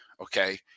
okay